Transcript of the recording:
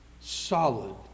solid